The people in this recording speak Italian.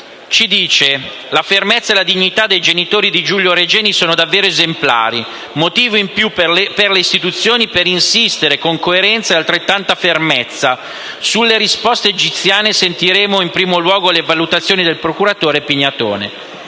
afferma che: «La fermezza e la dignità dei genitori di Giulio Regeni sono davvero esemplari. Motivo in più per le istituzioni per insistere con coerenza e altrettanta fermezza. Sulle risposte egiziane sentiremo in primo luogo le valutazioni del procuratore Pignatone».